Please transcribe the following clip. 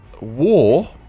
War